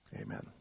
Amen